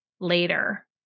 later